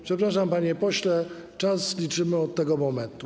Przepraszam, panie pośle, czas liczymy od tego momentu.